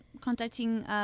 contacting